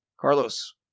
Carlos